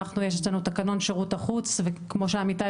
יש לנו תקנון שירות החוץ וכמו שעמיתיי